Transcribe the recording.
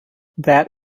that